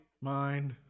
mind